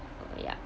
ya